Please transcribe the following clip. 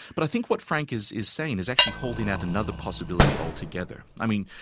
but i think what frank is is saying is actually holding out another possibility altogether. i mean,